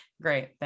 Great